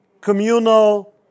communal